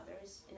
others